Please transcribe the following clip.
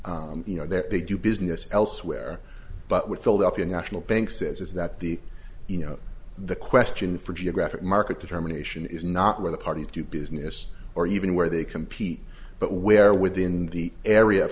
compete you know that they do business elsewhere but what philadelphia national bank says is that the you know the question for geographic market determination is not where the parties do business or even where they compete but where within the area of